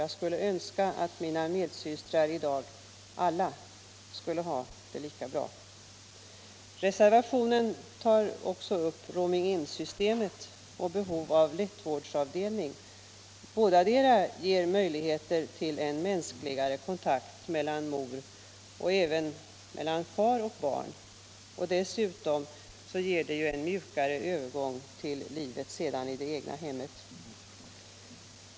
Jag skulle önska att alla mina medsystrar i dag finge ha det lika bra. Reservationen tar också upp ”rooming-in-systemet” och behovet av en lättvårdsavdelning. Båda ger möjligheter till en mänskligare kontakt mellan mor och barn — och även mellan far och barn. Dessutom ger de en mjukare övergång till livet i det egna hemmet.